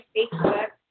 Facebook